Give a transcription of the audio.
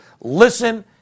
listen